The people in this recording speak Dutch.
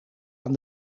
aan